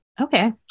Okay